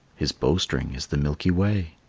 his bowstring is the milky way.